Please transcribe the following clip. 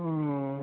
ओ